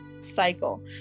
cycle